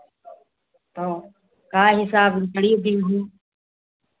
तओ का हिसाब लकड़ी दिहो